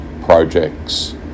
projects